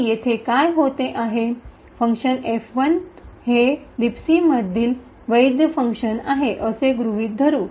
तर येथे काय होते आहे ते फंक्शन F1 हे लिबसी मधील वैध फंक्शन आहे असे गृहित धरून